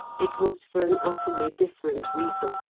it was for an utterly different reason,